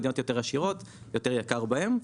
מדינות יותר עשירות יותר יקר בהן,